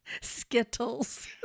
Skittles